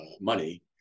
money